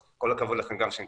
אז כל הכבוד לכם גם שנקר,